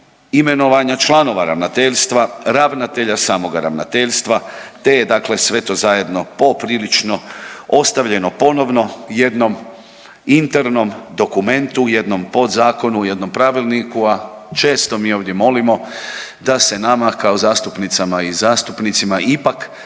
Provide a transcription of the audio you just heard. imenovanja članova ravnateljstva, ravnatelja samoga ravnateljstva te je sve to zajedno poprilično ostavljeno ponovno jednom internom dokumentu, jednom podzakonu, jednom pravilniku, a često mi ovdje molimo da se nama kao zastupnicama i zastupnicima ipak